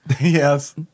Yes